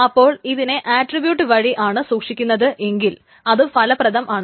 അപ്പോൾ ഇതിനെ ആട്രിബ്യൂട്ട് വഴി ആണ് സൂക്ഷിക്കുന്നത് എങ്കിൽ അത് ഫലപ്രദമാണ്